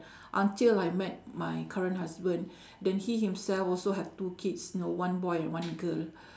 until I met my current husband then he himself also have two kids you know one boy and one girl